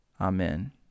Amen